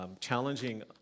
challenging